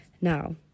Now